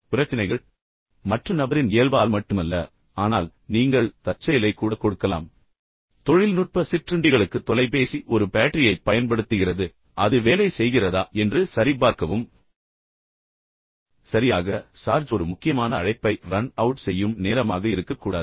பிரச்சினைகள் மற்ற நபரின் இயல்பால் மட்டுமல்ல ஆனால் நீங்கள் தற்செயலைக் கூட கொடுக்கலாம் தொழில்நுட்ப சிற்றுண்டிகளுக்கு உங்கள் தொலைபேசி ஒரு பேட்டரியைப் பயன்படுத்துகிறது என்று வைத்துக்கொள்வோம் அது வேலை செய்கிறதா என்று சரிபார்க்கவும் சரியாக சார்ஜ் ஒரு முக்கியமான அழைப்பை ரன் அவுட் செய்யும் நேரமாக இருக்கக்கூடாது